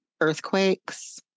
earthquakes